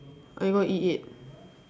I got E eight